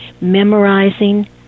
memorizing